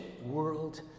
world